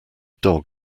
dog